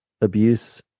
abuse